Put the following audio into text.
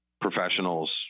professionals